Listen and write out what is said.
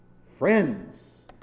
friends